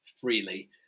freely